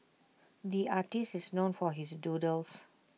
the artists is known for his doodles